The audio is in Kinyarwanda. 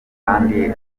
kandi